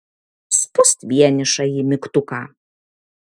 spust vienišąjį mygtuką